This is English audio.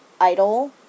idol